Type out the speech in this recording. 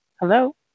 Hello